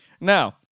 Now